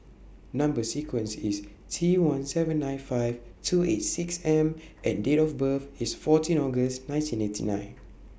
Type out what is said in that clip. Number sequence IS T one seven nine five two eight six M and Date of birth IS fourteen August nineteen eighty nine